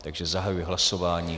Takže zahajuji hlasování.